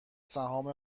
سهام